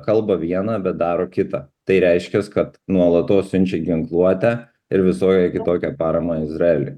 kalba viena bet daro kita tai reiškias kad nuolatos siunčia ginkluotę ir visokią kitokią paramą izraeliui